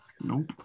Nope